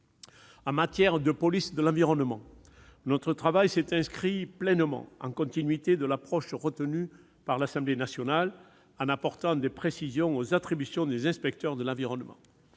En matière de police de l'environnement, notre travail s'est inscrit pleinement en continuité de l'approche retenue par l'Assemblée nationale, en apportant des précisions aux attributions des inspecteurs de l'environnement.